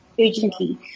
urgently